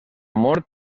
mort